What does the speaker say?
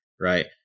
right